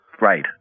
Right